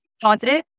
positive